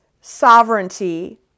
sovereignty